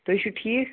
تُہۍ چھِو ٹھیٖک